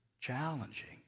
challenging